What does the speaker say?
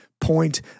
point